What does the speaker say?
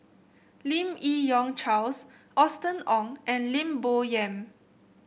Lim Yi Yong Charles Austen Ong and Lim Bo Yam